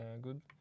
good